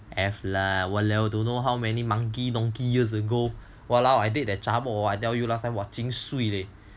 have lah !walao! don't know how many monkey donkey years ago !walao! I date that zhabor I tell you last time !wah! jin sui leh